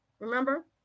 remember